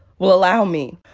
well allow me.